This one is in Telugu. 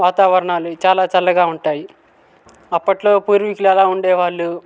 వాతావరణాలు చాలా చల్లగా ఉంటాయి అప్పట్లో పూర్వికులు ఎలా ఉండేవాళ్ళు